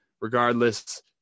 regardless